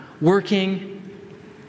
working